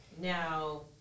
now